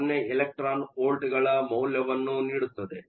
30 electron ವೋಲ್ಟ್ಗಳ ಮೌಲ್ಯವನ್ನು ನೀಡುತ್ತದೆ